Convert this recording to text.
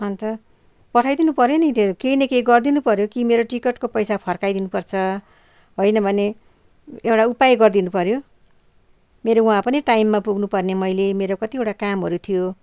अन्त पठाइ दिनुपऱ्यो नि त्यो केही न केही गरिदिनु पऱ्यो कि मेरो टिकटको पैसा फर्काइदिनु पर्छ होइन भने एउटा उपाय गरिदिनु पऱ्यो मेरो वहाँ पनि टाइममा पुग्नुपर्ने मैले मेरो कतिवटा कामहरू थियो